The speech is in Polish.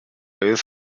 jest